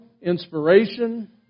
inspiration